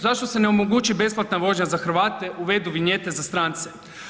Zašto se ne omogući besplatna vožnja za Hrvate, uvedu vinjete za strance?